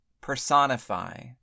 personify